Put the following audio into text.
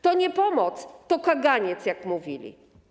To nie pomoc, to kaganiec, jak mówili.